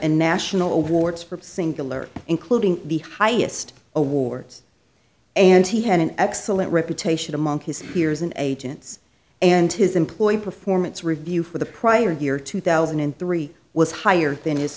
and national awards for singular including the highest awards and he had an excellent reputation among his peers and agents and his employee performance review for the prior year two thousand and three was higher than his